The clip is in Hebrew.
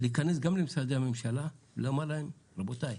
להיכנס גם למשרדי הממשלה, לומר להם, רבותיי.